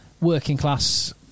working-class